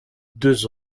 deux